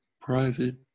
private